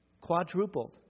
Quadrupled